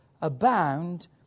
abound